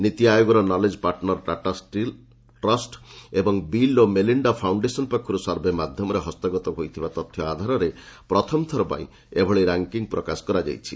ନୀତି ଆୟୋଗର knowledge partner Tata trust ଏବଂ ବିଲ୍ ଓ ମେଲିଣ୍ଡା ଫାଉଣ୍ଡେସନ୍ ପକ୍ଷରୁ ସର୍ଭେ ମାଧ୍ୟମରେ ହସ୍ତଗତ ହୋଇଥିବା ତଥ୍ୟ ଆଧାରରେ ପ୍ରଥମଥର ପାଇଁ ଏଭଳି ର୍ୟାଙ୍କିଙ୍ଗ୍ ପ୍ରକାଶ କରାଯାଉଛି